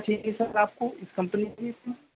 ٹھیک ہے سر آپ کو کس کمپنی کی چاہیے سر